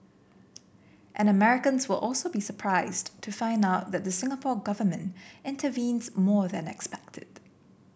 and Americans will also be surprised to find out that the Singapore Government intervenes more than expected